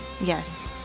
Yes